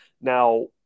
now